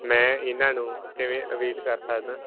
ਮੈਂ ਇਹਨਾਂ ਨੂੰ ਕਿਵੇਂ ਅਵੀਲ ਕਰ ਸਕਦਾਂ